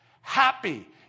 Happy